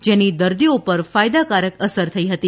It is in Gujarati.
જેની દર્દીઓ પર ફાયદાકારક અસર થઇ હતી